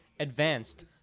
advanced